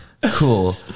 Cool